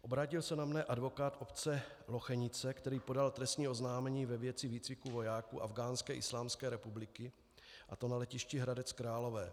Obrátil se na mne advokát obce Lochenice, který podal trestní oznámení ve věci výcviku vojáků Afghánské islámské republiky, a to na letišti Hradec Králové.